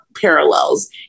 parallels